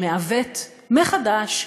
שמעוות מחדש,